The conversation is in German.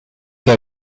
der